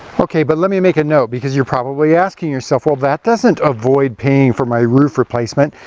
okay, but let me make a note because you're probably asking yourself, well that doesn't avoid paying for my roof replacement,